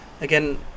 again